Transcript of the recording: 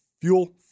Fuel